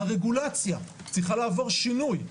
הרגולציה צריכה לעבור שינוי.